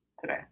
today